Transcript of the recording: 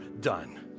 done